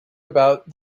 about